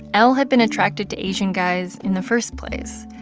l had been attracted to asian guys in the first place.